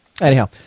Anyhow